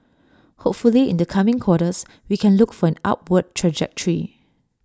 hopefully in the coming quarters we can look for an upward trajectory